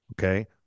okay